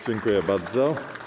Dziękuję bardzo.